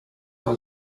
may